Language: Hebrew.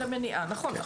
למניעה, נכון.